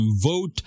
vote